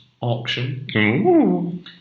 auction